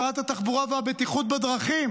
שרת התחבורה והבטיחות בדרכים